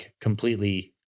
completely